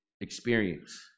experience